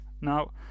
Now